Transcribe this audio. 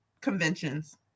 conventions